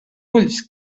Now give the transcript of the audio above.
ulls